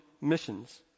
missions